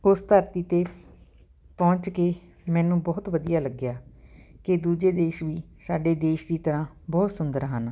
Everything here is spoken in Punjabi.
ਉਸ ਧਰਤੀ 'ਤੇ ਪਹੁੰਚ ਕੇ ਮੈਨੂੰ ਬਹੁਤ ਵਧੀਆ ਲੱਗਿਆ ਕਿ ਦੂਜੇ ਦੇਸ਼ ਵੀ ਸਾਡੇ ਦੇਸ਼ ਦੀ ਤਰ੍ਹਾਂ ਬਹੁਤ ਸੁੰਦਰ ਹਨ